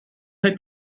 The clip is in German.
heute